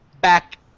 back